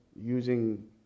using